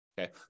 Okay